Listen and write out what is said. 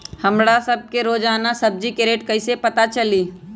हमरा सब के रोजान सब्जी के रेट कईसे पता चली?